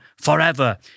forever